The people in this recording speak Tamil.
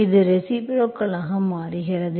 இது ரெசிப்ரோக்கலாக மாறுகிறது